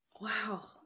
Wow